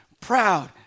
proud